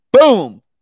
Boom